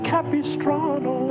Capistrano